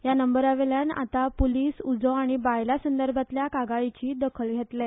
ह्या नंबरा वयल्यान आतां पुलीस उजो आनी बायलां संदर्भांतल्या कागाळीची दखल घेतले